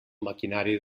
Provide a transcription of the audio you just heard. maquinari